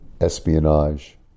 espionage